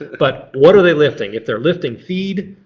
but what are they lifting? if they're lifting feed